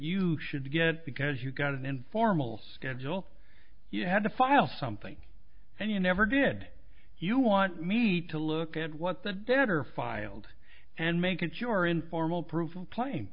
you should get because you've got an informal schedule you had to file something and you never did you want me to look at what the dead are filed and make it your informal proof of playing